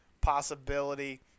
possibility